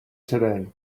today